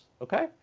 okay